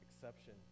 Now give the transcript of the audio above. exception